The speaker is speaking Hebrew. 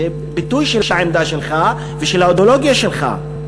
זה ביטוי של העמדה שלך ושל האידיאולוגיה שלך.